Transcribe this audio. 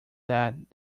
that